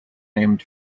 named